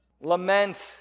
Lament